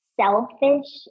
selfish